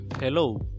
Hello